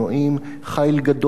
חיל גדול ורב,